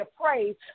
praise